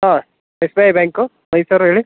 ಹಾಂ S B I bank Mysuru ಹೇಳಿ